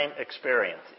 experience